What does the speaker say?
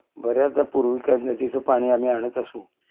बऱ्याचदा पूर्वी काय नदीचं पाणी आम्ही आणत असू